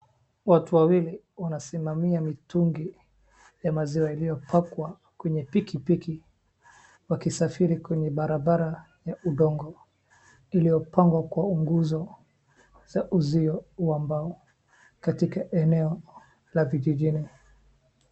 Watu wawili wanasimamia mitungi ya maziwa iliyopakwa kwenye piki piki wakisafiri kwenye barabara ya udongo iliopangwa kwa unguzo za uzio wa mbao katika eneo la vijijini